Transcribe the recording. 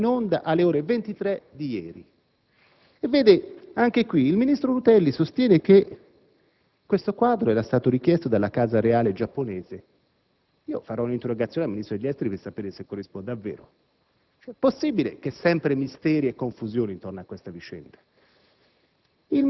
andata in onda alle ore 23. Vede, anche qui il ministro Rutelli sostiene che questo quadro era stato richiesto dalla Casa reale giapponese. Io farò un'interrogazione al Ministro degli esteri per sapere se ciò corrisponde al vero; possibile che ci sono sempre misteri e confusione intorno a questa vicenda?